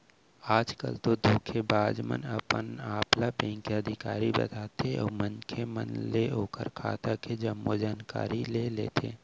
आज कल तो धोखेबाज मन अपन आप ल बेंक के अधिकारी बताथे अउ मनखे मन ले ओखर खाता के जम्मो जानकारी ले लेथे